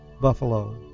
buffalo